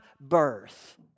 birth